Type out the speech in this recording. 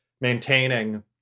maintaining